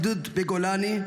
גדוד בגולני.